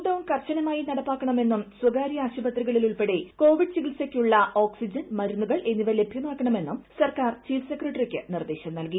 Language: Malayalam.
ലോക്ക്ഡൌൺ കർശനമായി നടപ്പാക്ക്ണ്മെന്നും സ്വകാര്യ ആശുപത്രികളിൽ ഉൾപ്പെടെ കോവിഡ് ചികിത്സക്കുള്ള ഓക്സിജൻ മരുന്നുകൾ എന്നിവ ലഭ്യമാക്കണമെന്നും സർക്കാർ ചീഫ് സെക്രട്ടറിക്ക് നിർദേശം നൽകി